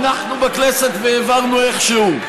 הנחנו בכנסת והעברנו איך שהוא.